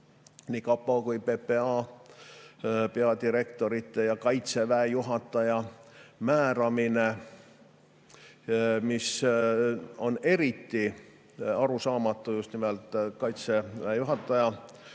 nii kapo kui ka PPA peadirektori ja Kaitseväe juhataja määramisega, mis on eriti arusaamatu just nimelt Kaitseväe juhataja